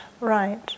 Right